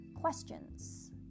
questions